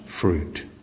fruit